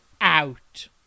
out